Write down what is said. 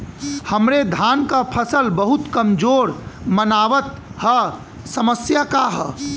हमरे धान क फसल बहुत कमजोर मनावत ह समस्या का ह?